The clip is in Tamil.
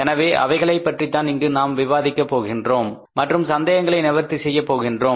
எனவே அவைகளைப் பற்றிதான் இங்கு நாம் விவாதிக்க போகின்றோம் மற்றும் சந்தேகங்களை நிவர்த்தி செய்யப் போகின்றோம்